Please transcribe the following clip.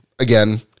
Again